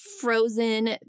frozen